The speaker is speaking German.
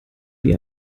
wie